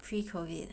pre COVID